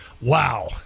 wow